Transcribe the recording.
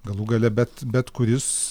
galų gale bet bet kuris